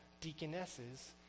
deaconesses